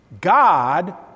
God